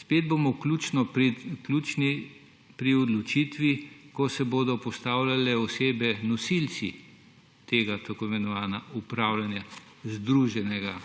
spet bomo ključni pri odločitvi, ko se bodo postavljale osebe, nosilci tega tako imenovanega upravljanja združenega